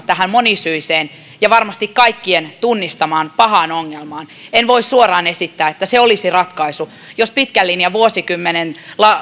tähän monisyiseen ja varmasti kaikkien tunnistamaan pahaan ongelmaan en voi suoraan esittää että se olisi ratkaisu jos vuosikymmenien